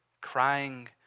crying